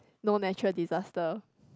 no natural disaster